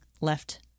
left